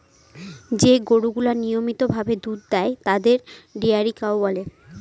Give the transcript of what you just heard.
যে গরুগুলা নিয়মিত ভাবে দুধ দেয় তাদের ডেয়ারি কাউ বলে